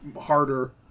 harder